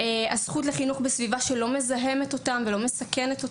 הזכות לחינוך בסביבה שלא מזהמת ולא מסכנת,